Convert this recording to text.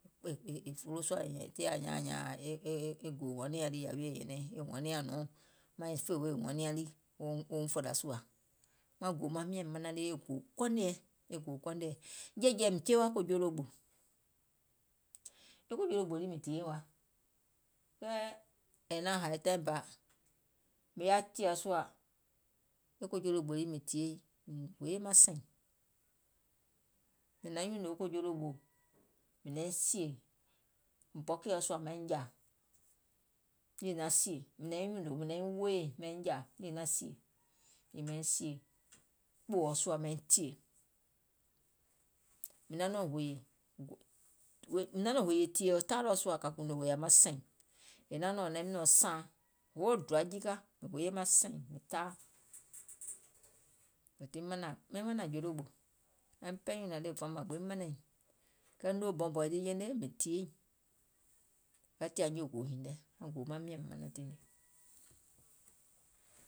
è folo, tiŋ ȧŋ nyaaŋ nyȧȧŋ e gòò hɔniaȧŋ lii yȧwi nyɛ̀nɛìŋ hɔniaȧŋ nɔ̀ɔŋ maiŋ fè wèè hɔnniaŋ lii, ouŋ fòlȧ sùȧ. Maŋ gòò maŋ miȧŋ manaŋ e gòò kɔnèɛ, e gòò kɔnèɛ, jiɛ̀jiɛ̀ mìŋ tie wa kòjologbò, e kòjologbò mìŋ tìyèiŋ wa, kɛɛ è naŋ hȧì taìŋ bȧ mìŋ yaȧ tìȧ sùȧ, e kòjologbò lii mìŋ tìyèiŋ mìŋ hoye maŋ sɛ̀ìŋ, mìŋ naŋ nyùnò kòjologbò mìŋ naiŋ sìè bɔkèɔ sùȧ mìŋ naiŋ jȧȧ nìì naŋ sìè, mìŋ naiŋ wooyè mìŋ naiŋ jàà nìì naŋ sìè mìŋ naiŋ sìè kpòɔ sùȧ mìŋ naŋ tìè, mìŋ naŋ nɔŋ hòyè tìyèe taailɔɔ̀ sùȧ kȧ kùùnò hòyȧ maŋ sɛ̀ìŋ, è naim nɔ̀ŋ naŋ nɔ̀ŋ sȧaŋ, hoo doa jika mìŋ hoye maŋ sɛ̀ìŋ mìŋ taa, wètii miŋ manȧŋ jologbò, maiŋ ɓɛɛ nyùnȧŋ ɗèwè fuɔŋ mȧŋ gbiŋ manȧiŋ, kɛɛ noo bɔunbɔ̀ùŋ lii jeiŋ ne mìŋ tìyèiŋ, ka tìȧ nyòògòò hììŋ nɛ, maŋ gòò maŋ miȧŋ manaŋ tiŋ nii.